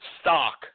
stock